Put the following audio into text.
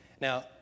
Now